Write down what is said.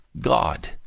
God